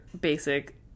basic